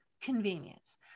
convenience